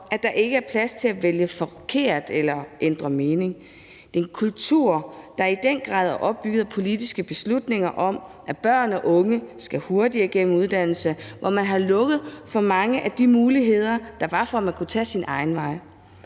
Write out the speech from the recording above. at der ikke er plads til at vælge forkert eller ændre mening. Det er en kultur, der i den grad er opbygget af politiske beslutninger om, at børn eller unge skal hurtigere igennem uddannelsen, og hvor man har lukket for mange af de muligheder, der var, for, at man kunne tage sin egen vej.